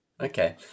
okay